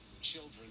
children